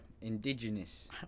indigenous